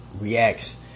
reacts